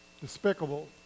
despicable